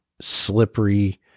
slippery